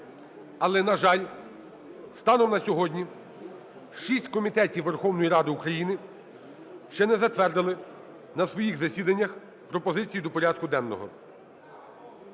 Але, на жаль, станом на сьогодні шість комітетів Верховної Ради України ще не затвердили на своїх засіданнях пропозиції до порядку денного.